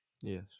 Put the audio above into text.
Yes